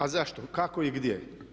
A zašto, kako i gdje?